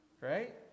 right